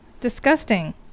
Disgusting